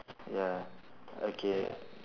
ya okay